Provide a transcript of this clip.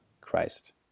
christ